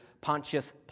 Pontius